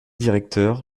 directeur